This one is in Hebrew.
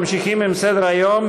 ממשיכים עם סדר-היום,